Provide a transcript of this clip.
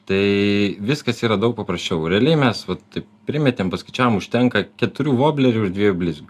tai viskas yra daug paprasčiau realiai mes va taip primetėm paskaičiavom užtenka keturių voblerių ir dviejų blizgių